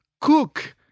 Cook